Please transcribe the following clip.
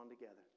together